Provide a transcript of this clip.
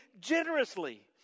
generously